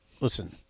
listen